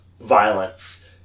violence